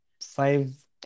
five